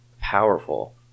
powerful